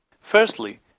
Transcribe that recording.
Firstly